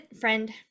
friend